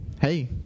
hey